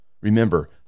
Remember